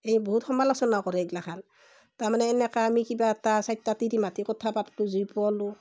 এই বহুত সমালোচনা কৰে এইগ্লা খান তাৰমানে এনেকা আমি কিবা এটা চাইট্টা তিৰি মাতি কথা পাতলোঁ জুই পুৱালোঁ